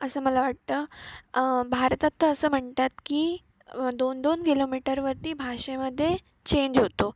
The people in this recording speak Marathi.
असं मला वाटतं भारतात तर असं म्हणतात की दोन दोन किलोमीटरवरती भाषेमध्ये चेंज होतो